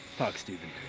pack steven!